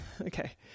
Okay